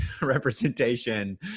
representation